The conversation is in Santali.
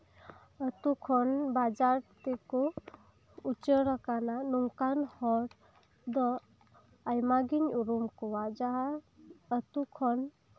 ᱟᱹᱛᱳ ᱠᱷᱚᱱ ᱵᱟᱡᱟᱨ ᱛᱮᱠᱚ ᱩᱪᱟᱹᱲ ᱟᱠᱟᱱᱟ ᱱᱚᱝᱠᱟᱱ ᱦᱚᱲ ᱫᱚ ᱟᱭᱢᱟᱜᱤᱧ ᱩᱨᱩᱢ ᱠᱚᱣᱟ ᱡᱟᱦᱟᱸ ᱟᱹᱛᱳ ᱠᱷᱚᱱ